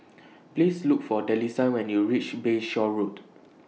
Please Look For Delisa when YOU REACH Bayshore Road